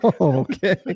Okay